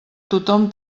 tothom